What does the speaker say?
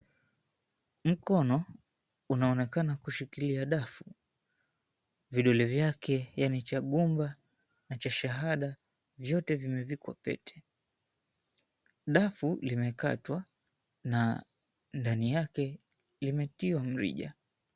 Mkono unaonekana kushikilia dafu. vidole vyake, yaani cha gumba na cha shahada vyote vimevikwa pete. Dafu limekatwa na ndani yake limetiwa mrija.